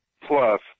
plus